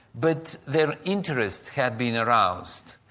but their interest had been aroused.